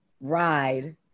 ride